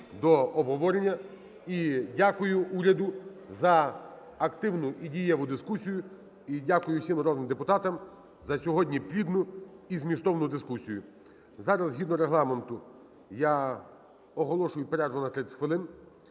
дякую уряду за активну і дієву дискусію. І дякую всім народним депутатам за сьогоднішню плідну і змістовну дискусію. Зараз згідно Регламенту я оголошую перерву на 30 хвилин.